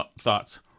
thoughts